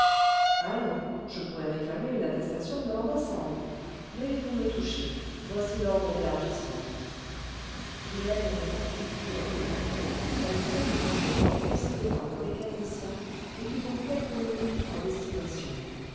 allons je pourrais réclamer nue attestation de l'ambassade mais vous me touchez voici l'ordre d'élargissement hélène repartit triomphante elle promit un pourboire considérable au mécanicien et fut en quelques minutes à destination